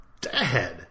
dad